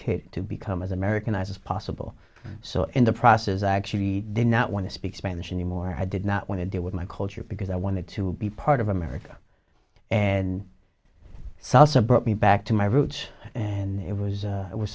kid to become as american as possible so in the process i actually did not want to speak spanish anymore i did not want to deal with my culture because i wanted to be part of america and salsa brought me back to my roots and it was